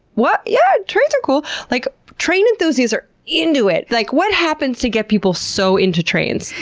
what? yeah. trains are cool. like, train enthusiasts are into it. like what happens to get people so into trains?